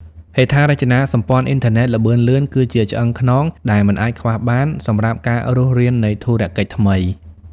ហេដ្ឋារចនាសម្ព័ន្ធអ៊ីនធឺណិតល្បឿនលឿនគឺជាឆ្អឹងខ្នងដែលមិនអាចខ្វះបានសម្រាប់ការរស់រាននៃធុរកិច្ចថ្មី។